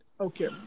Okay